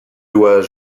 dois